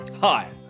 Hi